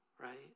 right